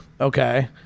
Okay